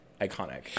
Iconic